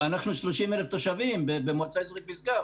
30,000 תושבים במועצה האזורית משגב,